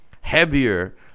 heavier